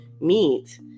meet